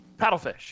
Paddlefish